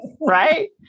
right